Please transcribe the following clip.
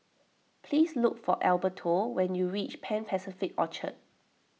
pease look for Alberto when you reach Pan Pacific Orchard